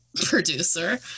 producer